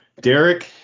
derek